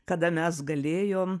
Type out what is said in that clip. kada mes galėjom